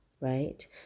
right